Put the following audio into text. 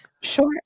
Sure